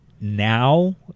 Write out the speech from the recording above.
now